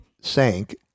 sank